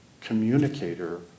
communicator